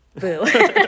Boo